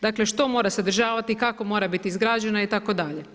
Dakle, što mora sadržavati, kako mora biti izgrađena itd.